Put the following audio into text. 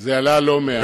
זה עלה לא מעט,